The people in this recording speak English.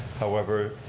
however,